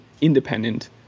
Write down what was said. independent